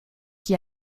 qui